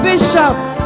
Bishop